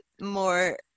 more